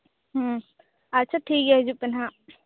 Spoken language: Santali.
ᱟᱪᱪᱷᱟ ᱴᱷᱤᱠ ᱜᱮᱭᱟ ᱦᱤᱡᱩᱜ ᱯᱮ ᱱᱟᱜ